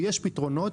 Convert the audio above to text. ויש פתרונות.